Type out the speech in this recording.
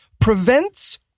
prevents